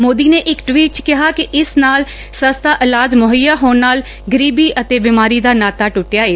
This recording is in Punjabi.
ਮੋਦੀ ਨੇ ਇਕ ਟਵੀਟ ਚ ਕਿਹਾ ਕਿ ਇਸ ਨਾਲ ਸਸਤਾ ਇਲਾਜ ਮੁਹੱਈਆ ਹੋਣ ਨਾਲ ਗਰੀਬੀ ਅਤੇ ਬੀਮਾਰੀ ਦਾ ਨਾਤਾ ਟੁੱਟਿਆ ਏ